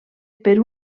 per